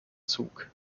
zug